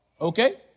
Okay